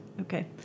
Okay